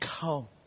Come